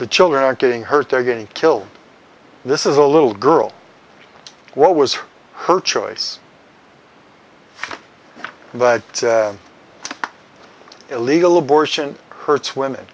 the children are getting hurt they're getting killed this is a little girl what was her choice but illegal abortion hurts women